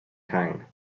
kine